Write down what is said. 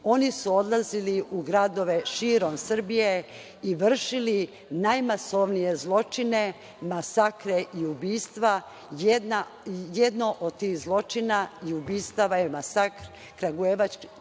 oni su odlazili u gradove širom Srbije i vršili najmasovnije zločine, masakre i ubistva. Jedno od tih zločina i ubistava je masakr kragujevačkih